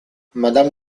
madame